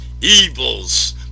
Evils